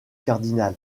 cardinal